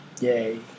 Yay